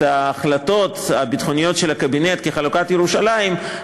ההחלטות הביטחוניות של הקבינט כחלוקת ירושלים,